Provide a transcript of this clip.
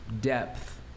depth